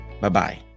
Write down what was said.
Bye-bye